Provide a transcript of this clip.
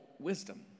wisdom